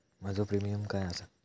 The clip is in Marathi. माझो प्रीमियम काय आसा?